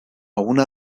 una